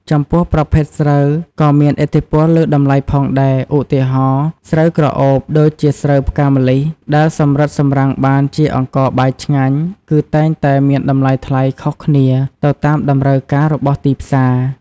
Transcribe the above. ចំពោះប្រភេទស្រូវ ក៏មានឥទ្ធិពលលើតម្លៃផងដែរ ឧទាហរណ៍ ស្រូវក្រអូបដូចជាស្រូវផ្កាម្លិះដែលសម្រិតសម្រាំងបានជាអង្ករបាយឆ្ងាញ់ គឺតែងតែមានតម្លៃថ្លៃខុសគ្នាទៅតាមតម្រូវការរបស់ទីផ្សារ។